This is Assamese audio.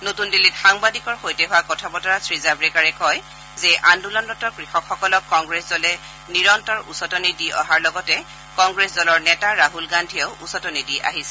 নতুন দিল্লীত সাংবাদিকৰ সৈতে হোৱা কথা বতৰাত শ্ৰী জাবড়েকাৰে কয় যে আন্দোলনৰত কৃষকসকলক কংগ্ৰেছ দলে নিৰন্তৰ উচতনি দি অহাৰ লগতে কংগ্ৰেছ দলৰ নেতা ৰাহুল গান্ধীয়েও উচতনি দি আহিছে